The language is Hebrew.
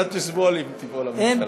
אתה תסבול אם תיפול הממשלה.